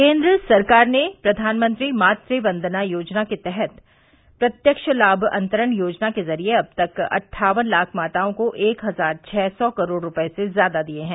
केंद्र सरकार ने प्रधानमंत्री मात वंदना योजना के तहत प्रत्यक्ष लाम अंतरण योजना के जरिए अब तक अद्ठावन लाख माताओं को एक हजार छह सौ करोड़ रुपये से ज्यादा दिए हैं